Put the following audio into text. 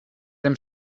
dem